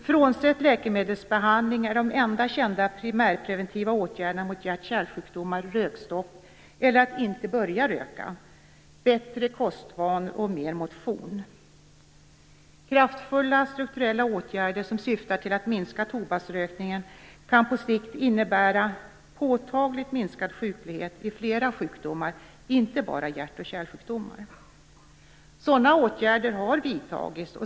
Frånsett läkemedelsbehandling är de enda kända primärpreventiva åtgärderna mot hjärt och kärlsjukdomar rökstopp, att inte börja röka, bättre kostvanor och mer motion. Kraftfulla, strukturella åtgärder som syftar till att minska tobaksrökningen kan på sikt innebära en påtagligt minskad sjuklighet när det gäller flera sjukdomar, inte bara hjärt och kärlsjukdomar. Sådana åtgärder har vidtagits.